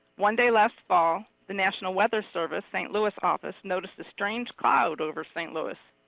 one day last fall, the national weather service, st. louis office, noticed a strange cloud over st. louis.